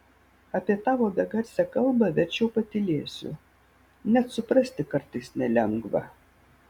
apie tavo begarsę kalbą verčiau patylėsiu net suprasti kartais nelengva